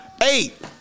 Eight